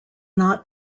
not